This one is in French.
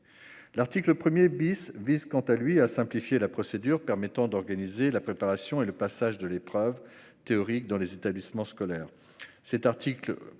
L'article 1 vise, quant à lui, à simplifier la procédure permettant d'organiser la préparation et le passage de l'épreuve théorique dans les établissements scolaires. Il présente